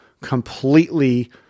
completely